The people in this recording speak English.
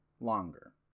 longer